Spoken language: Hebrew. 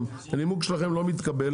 הנימוק שלכם לא מתקבל.